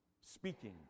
speaking